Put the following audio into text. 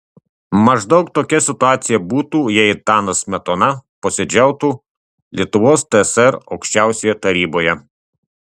maždaug tokia situacija būtų jei antanas smetona posėdžiautų lietuvos tsr aukščiausioje taryboje